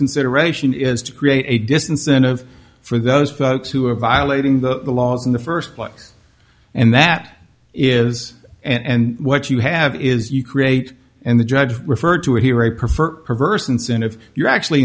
consideration is to create a disincentive for those folks who are violating the laws in the first place and that is and what you have is you create and the judge referred to it here i prefer perverse incentives you're actually